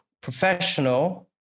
professional